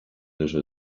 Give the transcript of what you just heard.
duzu